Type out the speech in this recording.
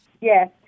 Yes